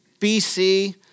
BC